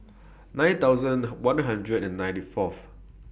nine thousand one hundred and ninety Fourth